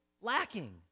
lacking